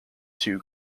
two